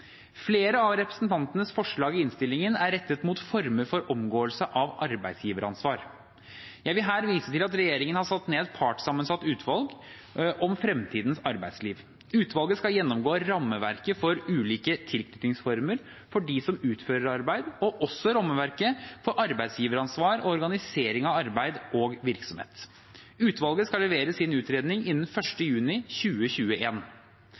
Flere av representantenes forslag i innstillingen er rettet mot former for omgåelse av arbeidsgiveransvar. Jeg vil her vise til at regjeringen har satt ned et partssammensatt utvalg om fremtidens arbeidsliv. Utvalget skal gjennomgå rammeverket for ulike tilknytningsformer for dem som utfører arbeid, og rammeverket for arbeidsgiveransvar og organisering av arbeid og virksomhet. Utvalget skal levere sin utredning innen